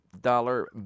dollar